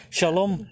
Shalom